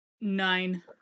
nine